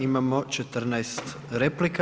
Imamo 14 replika.